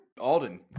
Alden